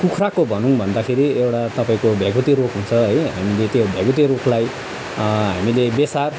कुखुराको भनौँ भन्दाखेरि एउटा तपाईँको भ्यागुते रोग हुन्छ है हामीले त्यो भ्यागुते रोगलाई हामीले बेसार